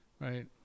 Right